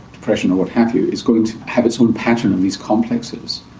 depression or what have you, is going to have its own pattern on these complexes.